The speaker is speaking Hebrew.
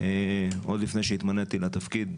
עוד לפני שהתמניתי לתפקיד,